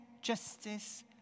justice